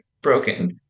broken